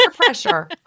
pressure